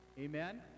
Amen